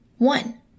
one